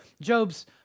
Job's